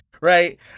right